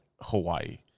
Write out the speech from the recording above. Hawaii